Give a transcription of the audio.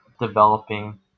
developing